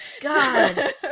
God